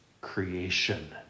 creation